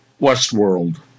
Westworld